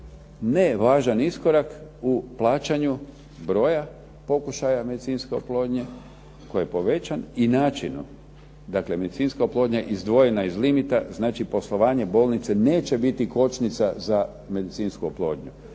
ne važan iskorak u plaćanju broja pokušaja medicinske oplodnje, koji je povećan i načinom. Dakle, medicinska oplodnja je izdvojena iz limita, znači poslovanje bolnice neće biti kočnica za medicinsku oplodnju